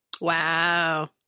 Wow